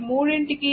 ఈ మూడింటికి